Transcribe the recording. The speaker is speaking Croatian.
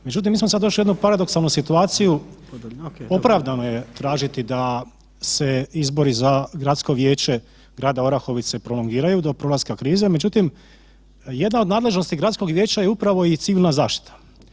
Međutim, mi smo sada došli u jednu paradoksalnu situaciju, opravdano je tražiti da se izbori za Gradsko vijeće grada Orahovice prolongiraju do prolaska krize, međutim jedna od nadležnosti gradskog vijeća je upravo i civilna zaštita.